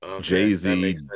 Jay-Z